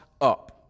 up